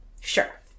sure